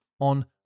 on